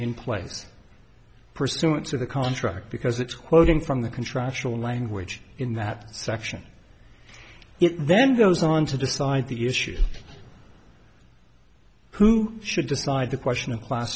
place pursuant to the contract because it's quoting from the contractual language in that section it then goes on to decide the issue who should decide the question of class